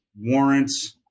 warrants